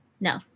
No